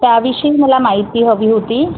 त्याविषयी मला माहिती हवी होती